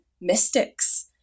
mystics